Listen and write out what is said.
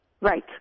Right